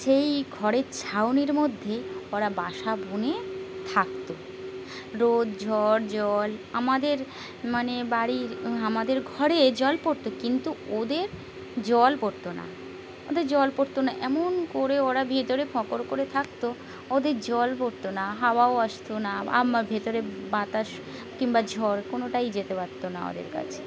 সেই খড়ের ছাউনির মধ্যে ওরা বাসা বুনে থাকতো রোদ ঝড় জল আমাদের মানে বাড়ির আমাদের ঘরে জল পড়তো কিন্তু ওদের জল পড়তো না ওদের জল পড়তো না এমন করে ওরা ভেতরে ফোঁকর করে থাকতো ওদের জল পড়তো না হাওয়াও আসতো না ভেতরে বাতাস কিংবা ঝড় কোনোটাই যেতে পারতো না ওদের কাছে